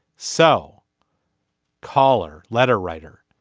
so caller letter writer